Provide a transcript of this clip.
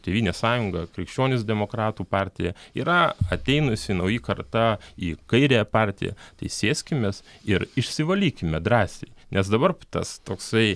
tėvynės sąjunga krikščionys demokratų partija yra ateinusi nauji karta į kairiąją partiją tai sėskimės ir išsivalykime drąsiai nes dabar tas toksai